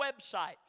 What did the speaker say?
website